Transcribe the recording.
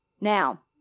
Now